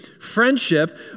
friendship